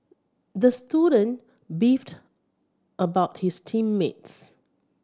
the student beefed about his team mates